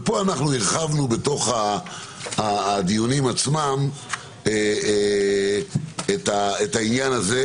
ופה הרחבנו בדיונים עצמם את העניין הזה,